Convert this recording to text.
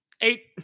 Eight